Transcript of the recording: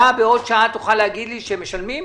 אתה בעוד שעה תוכל להגיד לי שמשלמים?